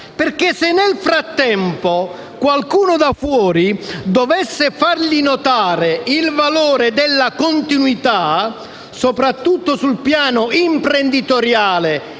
perché, se nel frattempo qualcuno da fuori dovesse fargli notare il valore della continuità, soprattutto sul piano imprenditoriale